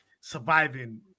surviving